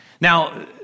Now